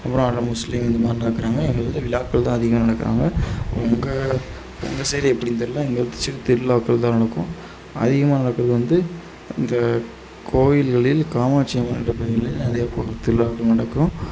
அப்புறம் அங்கே முஸ்லிம் இது மாதிரிலாம் இருக்கறாங்க எங்களுக்கு வந்து விழாக்கள் தான் அதிகமாக நடக்கிறாங்க உங்கள் உங்கள் சைடு எப்படின்னு தெரியல எங்கள் சைடு திருவிழாக்கள் தான் நடக்கும் அதிகமாக நடக்கிறது வந்து அந்த கோவில்களில் காமாட்சியம்மன் என்ற பெயரில் அதேபோன்று திருவிழாக்கள் நடக்கும்